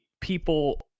people